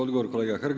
Odgovor kolega Hrg.